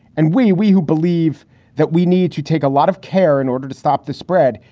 and we we who believe that we need to take a lot of care in order to stop the spread.